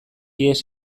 ihes